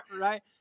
Right